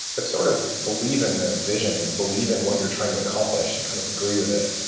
but sort of believe in the vision and believe in what you're trying to accomplish and kind of agree with it.